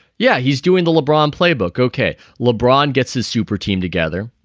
yeah, he's doing the lebron playbook. ok. lebron gets his super team together.